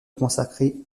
consacrer